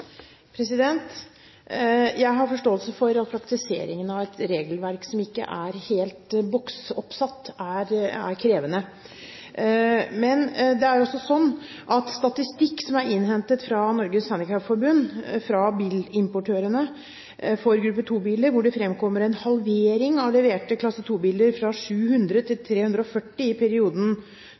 Jeg har forståelse for at praktiseringen av et regelverk som ikke er helt boksoppsatt, er krevende. Men det er også sånn at i en statistikk som er innhentet fra Norges Handikapforbund av bilimportørene for gruppe 2-biler, fremkommer det en halvering av leverte gruppe 2-biler, fra 700 til 340, i perioden